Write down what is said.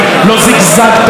לא זגזגת,